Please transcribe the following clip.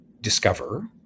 discover